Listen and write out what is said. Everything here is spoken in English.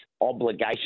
obligation